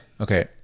okay